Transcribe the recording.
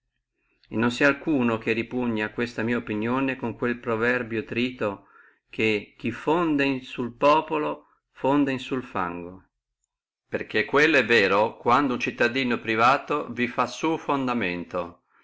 non sia alcuno che repugni a questa mia opinione con quello proverbio trito che chi fonda in sul populo fonda in sul fango perché quello è vero quando uno cittadino privato vi fa su fondamento